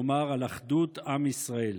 כלומר על אחדות עם ישראל.